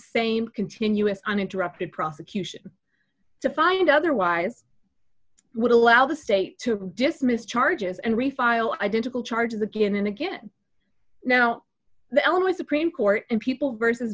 same continuous uninterrupted prosecution to find otherwise would allow the state to dismiss charges and refile identical charges again and again now the elmo supreme court and people versus